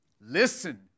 Listen